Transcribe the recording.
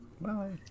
Bye